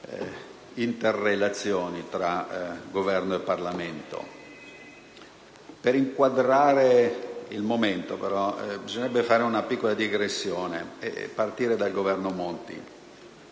Per inquadrare il momento bisognerebbe però fare una piccola digressione e partire dal Governo Monti.